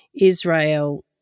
Israel